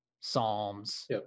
Psalms